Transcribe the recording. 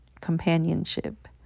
companionship